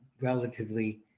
relatively